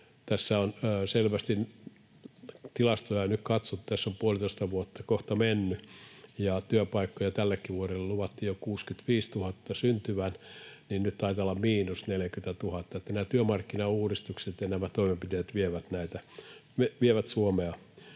syntyy. Tilastoja nyt kun katsoo, niin tässä on puolitoista vuotta kohta mennyt ja työpaikkoja tällekin vuodelle luvattiin jo 65 000 syntyvän, mutta nyt taitaa olla miinus 40 000. Joten nämä työmarkkinauudistukset ja nämä toimenpiteet vievät Suomea